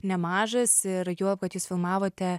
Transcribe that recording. nemažas ir juolab kad jis filmavote